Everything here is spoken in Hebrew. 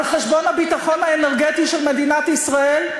על חשבון הביטחון האנרגטי של מדינת ישראל,